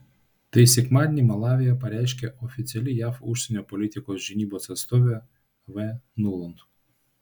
tai sekmadienį malavyje pareiškė oficiali jav užsienio politikos žinybos atstovė v nuland